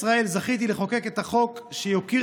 זכיתי לחוקק בכנסת ישראל את החוק שיוקיר